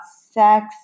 sex